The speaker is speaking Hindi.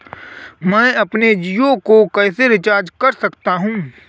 मैं अपने जियो को कैसे रिचार्ज कर सकता हूँ?